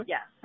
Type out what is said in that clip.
Yes